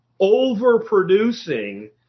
overproducing